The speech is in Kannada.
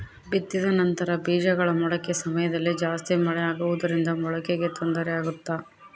ಬಿತ್ತಿದ ನಂತರ ಬೇಜಗಳ ಮೊಳಕೆ ಸಮಯದಲ್ಲಿ ಜಾಸ್ತಿ ಮಳೆ ಆಗುವುದರಿಂದ ಮೊಳಕೆಗೆ ತೊಂದರೆ ಆಗುತ್ತಾ?